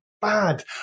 bad